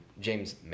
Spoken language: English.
James